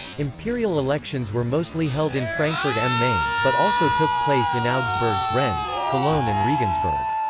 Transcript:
imperial elections were mostly held in frankfurt am main, but also took place in augsburg, rhens, cologne and regensburg.